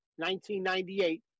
1998